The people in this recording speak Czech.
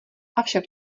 avšak